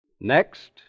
Next